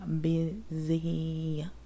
busy